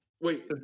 Wait